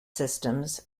systems